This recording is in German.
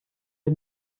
wir